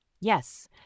Yes